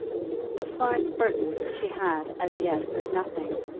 of florence burton she had as yet heard nothing,